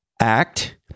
act